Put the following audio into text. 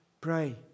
pray